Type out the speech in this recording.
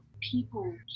people